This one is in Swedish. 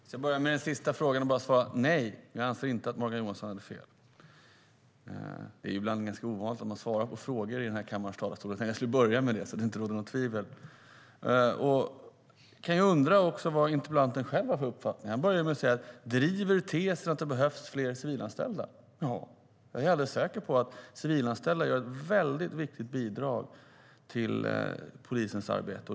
Fru talman! Jag börjar med att svara på den sista frågan: Nej, jag anser inte att Morgan Johansson hade fel. Det är ganska ovant att svara på frågor i den här talarstolen. Jag skulle kanske börja med det, så att det inte råder något tvivel. Man kan ju undra vad interpellanten själv har för uppfattning. Han började med att säga att Morgan Johansson driver tesen att det behövs fler civilanställda. Ja, jag är alldeles säker på att civilanställdas bidrag är väldigt viktigt för polisens arbete.